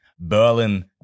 Berlin